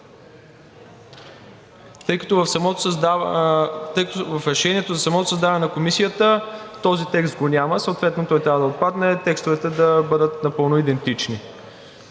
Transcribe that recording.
тъй като в решението за самото създаване на Комисията този текст го няма, съответно той трябва да отпадне и текстовете да бъдат напълно идентични.